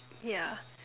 yeah